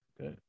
Okay